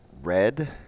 red